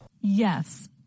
Yes